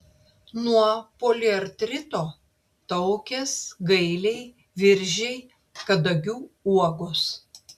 nuo poliartrito taukės gailiai viržiai kadagių uogos